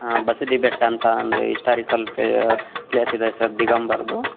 ಆಂ ಬಸದಿ ಬೆಟ್ಟ ಅಂತ ಒಂದು historical place ಇದೆ ಸರ್ ದಿಗಂಬರ್ದು